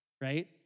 Right